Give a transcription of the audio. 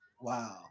Wow